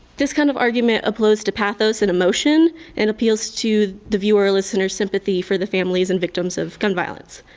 this kind of argument appeals to pathos and emotion and appeals to the viewer listener sympathy for the families and victims of gun violence.